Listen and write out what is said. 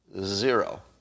Zero